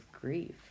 grief